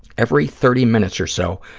every thirty minutes or so,